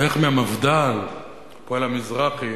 ואיך מהמפד"ל, "הפועל המזרחי",